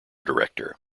director